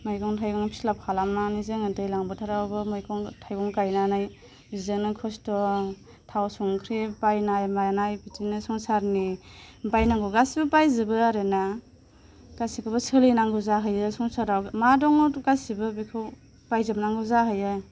मैगं थाइगं फिलाब खालामनानै जोङो दैज्लां बोथोरावबो मैगं थाइगं गायनानै बेजोंनो खस्थ' थाव संख्रि बायनाय मानाय बिदिनो संसारनि बायनांगौ गासिबो बायजोबो आरोना गासिखौबो सोलिनांगौ जाहैयो संसाराव मा दङ गासिबो बेखौ बायजोब नांगौ जाहैयो